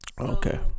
Okay